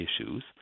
issues